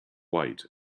white